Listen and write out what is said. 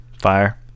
Fire